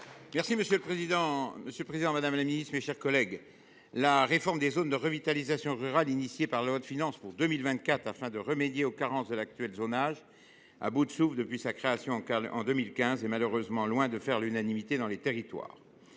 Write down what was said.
Union Centriste. Madame la ministre, la réforme des zones de revitalisation rurale (ZRR) engagée par la loi de finances pour 2024 afin de remédier aux carences de l’actuel zonage, à bout de souffle depuis sa création en 2015, est malheureusement loin de faire l’unanimité dans les territoires.